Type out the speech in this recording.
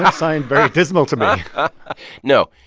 ah sound very dismal to me no.